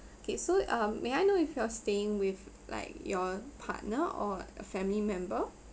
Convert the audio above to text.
okay so uh may I know if you're staying with like your partner or family member